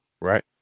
right